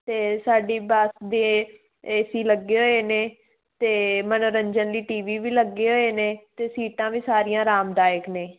ਅਤੇ ਸਾਡੀ ਬੱਸ ਦੇ ਏ ਸੀ ਲੱਗੇ ਹੋਏ ਨੇ ਅਤੇ ਮੰਨੋਰੰਜਨ ਲਈ ਟੀ ਵੀ ਵੀ ਲੱਗੇ ਹੋਏ ਨੇ ਅਤੇ ਸੀਟਾਂ ਵੀ ਸਾਰੀਆਂ ਆਰਾਮਦਾਇਕ ਨੇ